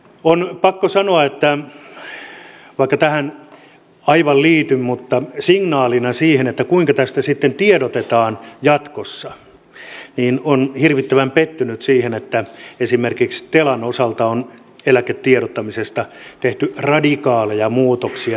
on pakko sanoa vaikka ei tähän aivan liity mutta signaalina siihen kuinka tästä sitten tiedotetaan jatkossa että olen hirvittävän pettynyt siihen että esimerkiksi telan osalta on eläketiedottamisessa tehty radikaaleja muutoksia